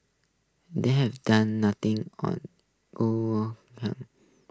they've done nothing on